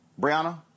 Brianna